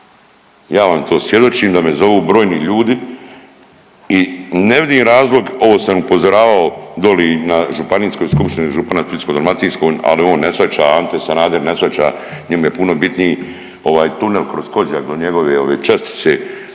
ja vam to svjedočim da me zovu brojni ljudi i ne vidim razlog ovo sam upozoravao doli na Županijskoj skupštini župana Splitsko-dalmatinskog, ali on ne shvaća. Ante Sanader ne shvaća, njemu je puno bitniji tunel kroz Kozjak do njegove čestice